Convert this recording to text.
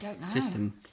system